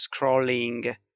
scrolling